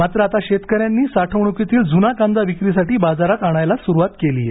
मात्र आता शेतकऱ्यांनी साठवणुकीतील जुना कांदा विक्रीसाठी बाजारात आणायला सुरुवात केली आहे